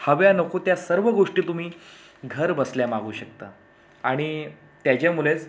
हव्या नको त्या सर्व गोष्टी तुम्ही घर बसल्या मागू शकता आणि त्याच्यामुळेच